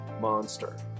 Monster